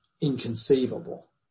inconceivable